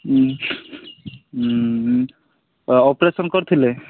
ହୁଁ ହୁଁ ହୁଁ ଅପରେସନ୍ କରିଥିଲେ